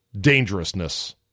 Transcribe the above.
dangerousness